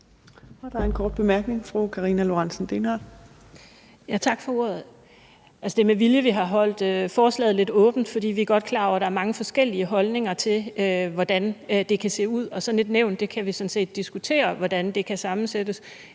Lorentzen Dehnhardt. Kl. 15:48 Karina Lorentzen Dehnhardt (SF): Tak for ordet. Det er med vilje, at vi har holdt forslaget lidt åbent, for vi er godt klar over, at der er mange forskellige holdninger til, hvordan det kan se ud, og vi kan sådan set godt diskutere, hvordan sådan et nævn kan sammensættes.